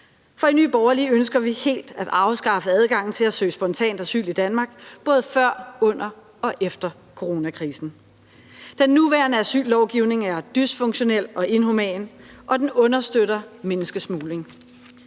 for i Nye Borgerlige ønsker vi helt at afskaffe adgangen til at søge spontan asyl i Danmark, både før, under og efter coronakrisen. Den nuværende asyllovgivning er dysfunktionel og inhuman, og den understøtter menneskesmugling.